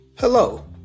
Hello